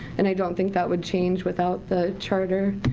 and i don't think that would change without the charter.